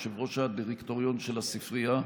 יושב-ראש הדירקטוריון של הספרייה,